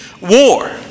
war